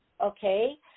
okay